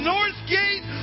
Northgate